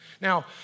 Now